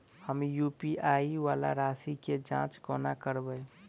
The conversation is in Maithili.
हम यु.पी.आई वला राशि केँ जाँच कोना करबै?